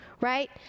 right